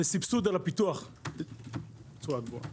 וסבסוד על הפיתוח בצורה גבוהה.